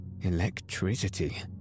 Electricity